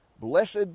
Blessed